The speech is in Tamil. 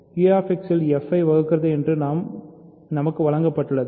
Q X இல் f ஐ வகுக்கிறது என்று நமக்கு வழங்கப்பட்டுள்ளது